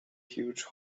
huge